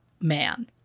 man